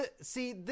see